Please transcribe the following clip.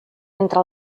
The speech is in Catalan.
entre